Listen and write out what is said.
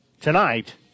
tonight